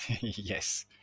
Yes